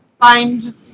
find